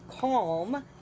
calm